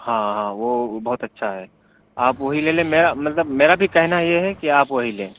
ہاں ہاں وہ بہت اچھا ہے آپ وہی لے لیں میرا مطلب میرا بھی کہنا یہ ہے کہ وہی لیں